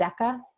DECA